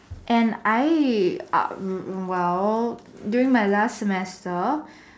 and I uh well during my last semester